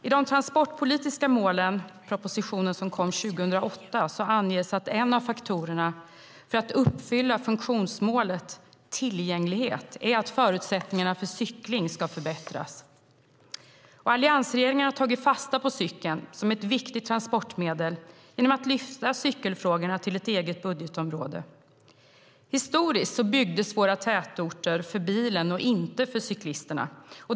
I propositionen Mål för framtidens resor och transporter som kom 2008 anges att en av faktorerna för att uppfylla funktionsmålet tillgänglighet är att förutsättningarna för cykling ska förbättras. Alliansregeringen har tagit fasta på cykeln som ett viktigt transportmedel genom att lyfta upp cykelfrågorna till ett eget budgetområde. Historiskt byggdes våra tätorter för bilen och inte för cyklisterna.